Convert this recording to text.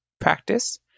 practice